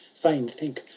fain think,